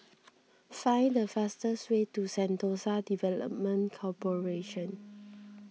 find the fastest way to Sentosa Development Corporation